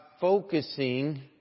focusing